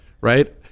Right